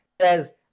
says